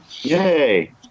yay